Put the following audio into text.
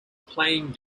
playing